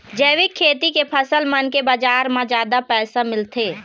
जैविक खेती के फसल मन के बाजार म जादा पैसा मिलथे